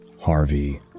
Harvey